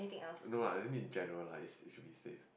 no lah I think in general lah it it should be safe